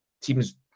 teams